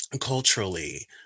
culturally